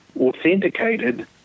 authenticated